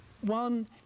One